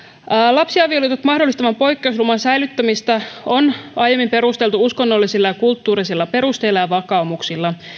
lapsiavioliitot mahdollistavan poikkeusluvan säilyttämistä on aiemmin perusteltu uskonnollisilla ja kulttuurisilla perusteilla ja vakaumuksilla